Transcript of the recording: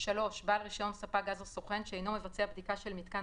בעל רישיון ספק גז או סוכן שאינו מבצע בדיקה של מיתקן